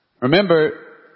Remember